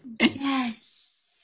Yes